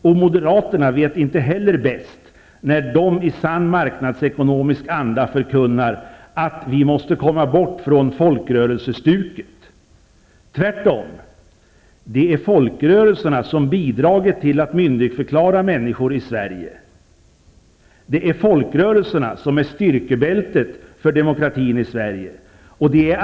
Och moderaterna vet inte heller bäst, när de i sann marknadsekonomisk anda förkunnar att ''vi måste komma bort från folkrörelsestuket''. Tvärtom, det är folkrörelserna som bidragit till att myndigförklara människor i Sverige. Det är folkrörelserna som är styrkebältet för demokratin i Sverige.